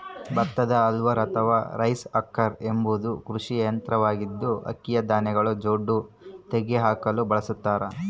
ಭತ್ತದ ಹಲ್ಲರ್ ಅಥವಾ rice husker ಎಂಬುದು ಕೃಷಿ ಯಂತ್ರವಾಗಿದ್ದು, ಅಕ್ಕಿಯ ಧಾನ್ಯಗಳ ಜೊಂಡು ತೆಗೆದುಹಾಕಲು ಬಳಸತಾರ